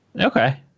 Okay